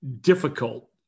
difficult